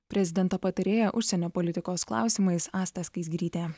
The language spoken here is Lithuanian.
prezidento patarėja užsienio politikos klausimais asta skaisgirytė